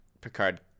Picard